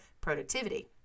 productivity